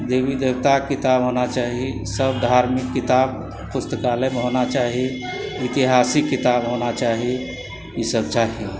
देवी देवताके किताब होना चाही सब धार्मिक किताब पुस्तकालयमे होना चाही ऐतिहासिक किताब होना चाही ई सब चाही